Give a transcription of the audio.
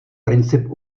princip